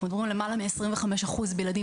אנחנו מדברים למעלה מעשרים וחמישה אחוזים בילדים